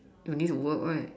don't need to work right